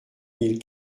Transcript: mille